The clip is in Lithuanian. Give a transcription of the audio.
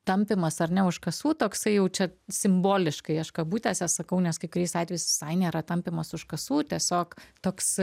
tampymas ar ne už kasų toksai jau čia simboliškai aš kabutėse sakau nes kai kuriais atvejais visai nėra tampymas už kasų tiesiog toks